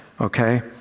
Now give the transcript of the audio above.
okay